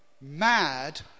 mad